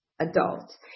adult